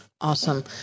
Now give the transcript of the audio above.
Awesome